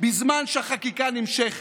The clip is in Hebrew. בזמן שהחקיקה נמשכת.